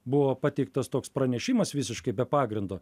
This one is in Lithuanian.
buvo pateiktas toks pranešimas visiškai be pagrindo